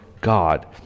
God